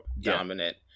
dominant